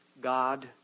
God